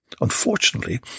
Unfortunately